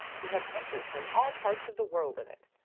he had pictures from all parts of the world in it,